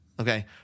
Okay